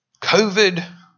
COVID